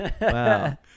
Wow